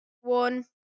One